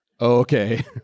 Okay